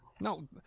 No